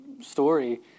story